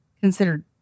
considered